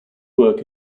work